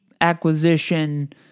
acquisition